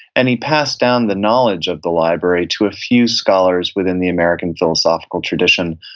and he passed down the knowledge of the library to a few scholars within the american philosophical tradition,